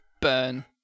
Burn